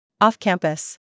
Off-campus